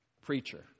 preacher